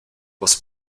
was